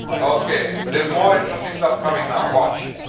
okay. there's more interesting stuff coming now. watch.